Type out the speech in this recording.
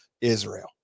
Israel